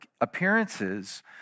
appearances